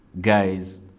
guys